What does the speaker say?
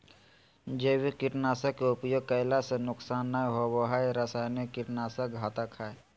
जैविक कीट नाशक के उपयोग कैला से नुकसान नै होवई हई रसायनिक कीट नाशक घातक हई